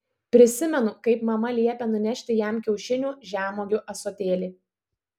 prisimenu kaip mama liepė nunešti jam kiaušinių žemuogių ąsotėlį